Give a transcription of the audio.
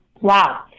Wow